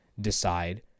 decide